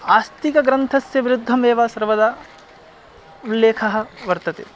आस्तिकग्रन्थस्य विरुद्धमेव सर्वदा उल्लेखः वर्तते